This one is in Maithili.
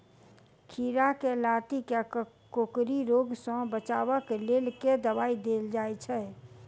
खीरा केँ लाती केँ कोकरी रोग सऽ बचाब केँ लेल केँ दवाई देल जाय छैय?